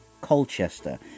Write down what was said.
Colchester